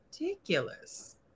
ridiculous